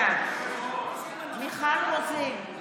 בעד מיכל רוזין,